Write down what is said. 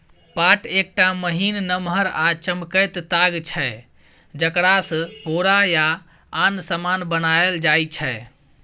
पाट एकटा महीन, नमहर आ चमकैत ताग छै जकरासँ बोरा या आन समान बनाएल जाइ छै